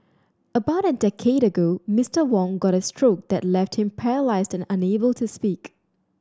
about a decade ago Mister Wong got a stroke that left him paralysed and unable to speak